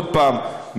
עוד פעם,